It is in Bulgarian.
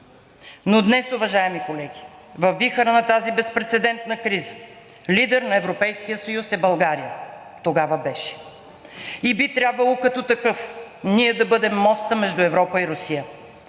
„Днес, уважаеми колеги, във вихъра на тази безпрецедентна криза, лидер на Европейския съюз е България.“ Тогава беше. „Би трябвало като такъв, ние да бъдем мостът между Европа и Русия.